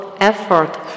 Effort